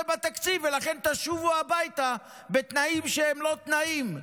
בתקציב ולכן תשובו הביתה בתנאים שהם לא תנאים.